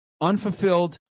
unfulfilled